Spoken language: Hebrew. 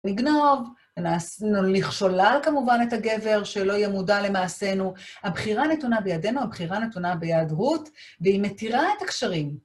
נגנוב, נוליך שולל כמובן את הגבר שלא יהיה מודע למעשינו, הבחירה נתונה בידינו, הבחירה נתונה ביד רות, והיא מתירה את הקשרים.